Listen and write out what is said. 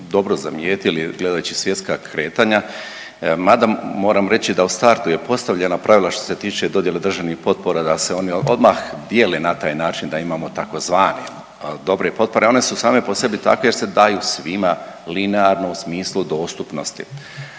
dobro zamijetili gledajući svjetska kretanja, mada moram reći da u startu je postavljeno pravilo što se tiče dodjele državnih potpora da se one odmah dijele na taj način da imamo tzv. dobre potpore. One su same po sebi takve jer se daju svima linearno u smislu dostupnosti.